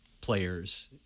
players